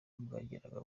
bwagiraga